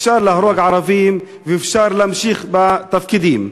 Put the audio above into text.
אפשר להרוג ערבים ואפשר להמשיך בתפקידים.